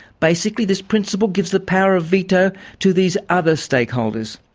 basically, this principle gives the power of veto to these other stakeholders.